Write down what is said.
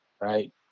right